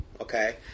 okay